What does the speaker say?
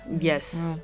yes